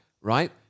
right